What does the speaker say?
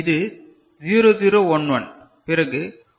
இது 0 0 1 1